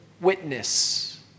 witness